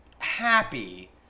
happy